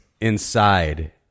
inside